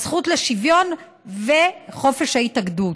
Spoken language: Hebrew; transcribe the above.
הזכות לשוויון וחופש ההתאגדות.